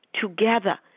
together